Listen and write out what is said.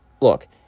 look